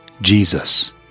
Jesus